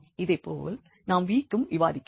இதைப்போல் நாம் v க்கும் விவாதிக்கலாம்